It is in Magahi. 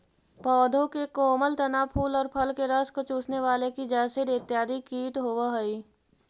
पौधों के कोमल तना, फूल और फल के रस को चूसने वाले की जैसिड इत्यादि कीट होवअ हई